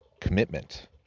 commitment